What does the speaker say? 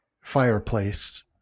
fireplace